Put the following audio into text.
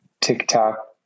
TikTok